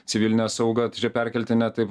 civiline sauga tai čia perkeltine taip